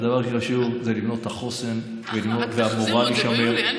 הדבר הכי חשוב זה לבנות את החוסן, שהמורל יישאר.